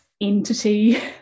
entity